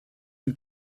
une